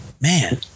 Man